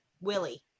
Willie